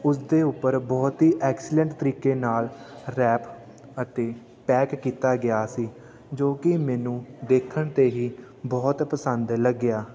ਉਸਦੇ ਉੱਪਰ ਬਹੁਤ ਹੀ ਐਕਸੀਲੈਂਟ ਤਰੀਕੇ ਨਾਲ ਰੈਪ ਅਤੇ ਪੈਕ ਕੀਤਾ ਗਿਆ ਸੀ ਜੋ ਕਿ ਮੈਨੂੰ ਦੇਖਣ 'ਤੇ ਹੀ ਬਹੁਤ ਪਸੰਦ ਲੱਗਿਆ